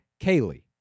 Kaylee